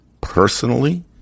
personally